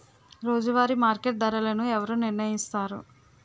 రోజువారి మార్కెట్ ధరలను ఎవరు నిర్ణయిస్తారు?